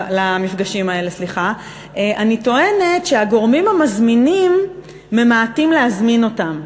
אני טוענת שהגורמים המזמינים ממעטים להזמין אותם,